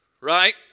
Right